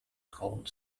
called